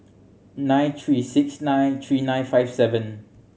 nine three six nine three nine five seven